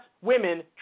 Women